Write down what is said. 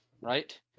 right